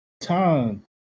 time